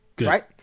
right